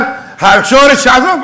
לא, אני לא מכליל, אבל שורש, עזוב.